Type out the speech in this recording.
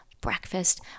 breakfast